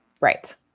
Right